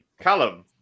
Callum